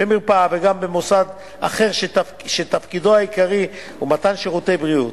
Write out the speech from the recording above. במרפאה וגם במוסד אחר שתפקידו העיקרי הוא מתן שירות בריאות.